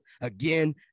again